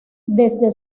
desde